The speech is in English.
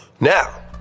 Now